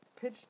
pitch